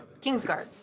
Kingsguard